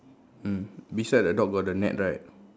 mm beside the dog got the net right